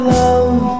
love